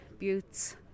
Buttes